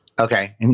Okay